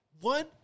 one